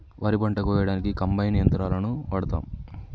వరి పంట కోయడానికి కంబైన్ యంత్రాలని వాడతాం